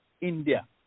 India